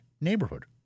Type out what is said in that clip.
neighborhood